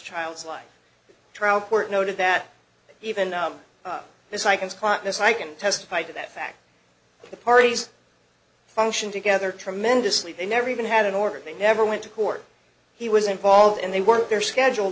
child's life trial court noted that even this i can supplant this i can testify to that fact the parties function together tremendously they never even had an order they never went to court he was involved and they worked their schedule